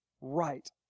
right